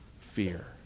Fear